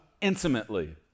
intimately